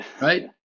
right